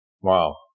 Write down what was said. Wow